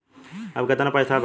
अब कितना पैसा बा?